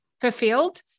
Fulfilled